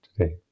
today